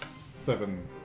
seven